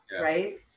right